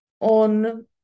on